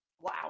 Wow